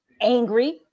angry